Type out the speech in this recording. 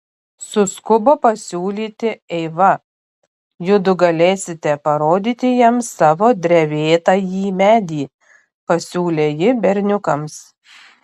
suskubo pasiūlyti eiva judu galėsite parodyti jam savo drevėtąjį medį pasiūlė ji berniukams